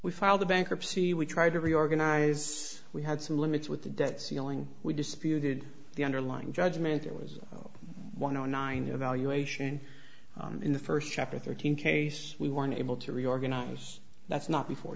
we file the bankruptcy we try to reorganize we had some limits with the debt ceiling we disputed the underlying judgment there was a zero one zero nine evaluation in the first chapter thirteen case we weren't able to reorganize that's not before